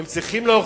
הם צריכים להוכיח,